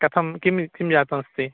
कथं किं किं जातमस्ति